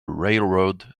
railroad